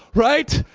right?